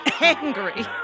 Angry